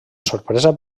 sorpresa